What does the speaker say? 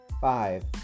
Five